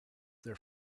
their